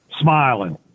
smiling